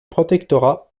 protectorat